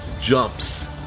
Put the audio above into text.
jumps